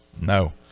No